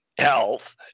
health